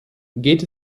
geht